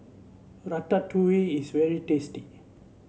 ratatouille is very tasty